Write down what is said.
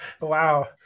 Wow